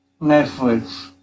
Netflix